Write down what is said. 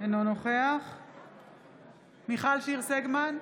אינו נוכח מיכל שיר סגמן,